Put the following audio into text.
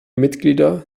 mitglieder